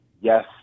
yes